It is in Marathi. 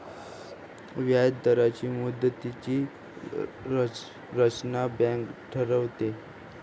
व्याजदरांची मुदतीची रचना बँक ठरवते